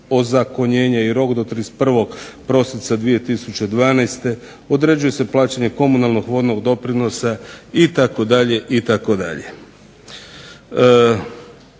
ozakonjenja i rok do 31. prosinca 2012., određuje se plaćanje komunalnog vodnog doprinosa itd.,